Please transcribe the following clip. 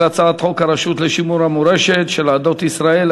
הצעת חוק הרשות לשימור המורשת של עדות ישראל,